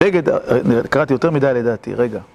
רגע, קראתי יותר מדי לדעתי, רגע.